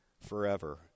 forever